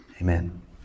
amen